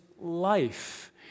life